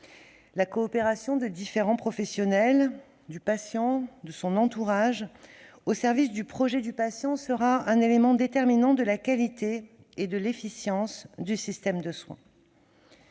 La coopération de différents professionnels, du patient et de l'entourage de celui-ci, au service du projet du patient, sera un élément déterminant de la qualité et de l'efficience du système de soins.